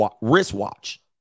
wristwatch